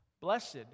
Blessed